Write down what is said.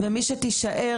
ומי מהמטפלות והגננות שתישאר,